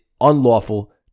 unlawful